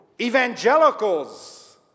Evangelicals